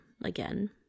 again